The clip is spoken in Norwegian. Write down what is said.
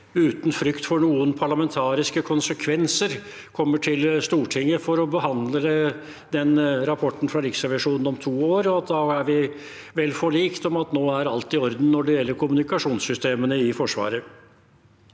uten frykt for noen parlamentariske konsekvenser kommer til Stortinget for å behandle den rapporten fra Riksrevisjonen om to år, og at vi da er vel forlikt om at nå er alt i orden når det gjelder kommunikasjonssystemene i Forsvaret.